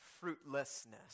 fruitlessness